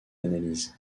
analyse